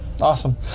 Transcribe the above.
Awesome